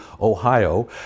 Ohio